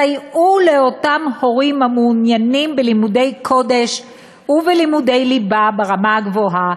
סייעו לאותם הורים המעוניינים בלימודי קודש ובלימודי ליבה ברמה גבוהה,